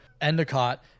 Endicott